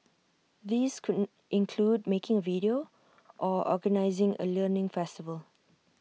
these couldn't include making A video or organising A learning festival